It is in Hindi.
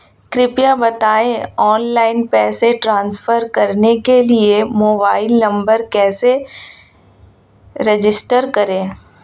कृपया बताएं ऑनलाइन पैसे ट्रांसफर करने के लिए मोबाइल नंबर कैसे रजिस्टर करें?